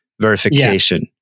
verification